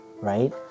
right